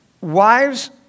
Wives